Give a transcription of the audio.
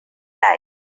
life